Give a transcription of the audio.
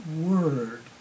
word